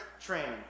training